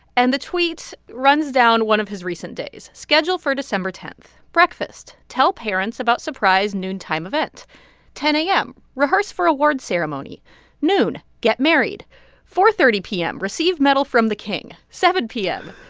and the tweet runs down one of his recent days. schedule for december ten breakfast tell parents about surprise noontime event ten a m. rehearse for award ceremony noon get married four thirty p m. receive medal from the king seven p m.